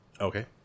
okay